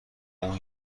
اون